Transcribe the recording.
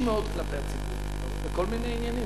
מאוד כלפי הציבור בכל מיני עניינים,